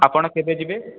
ଆପଣ କେବେ ଯିବେ